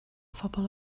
phobl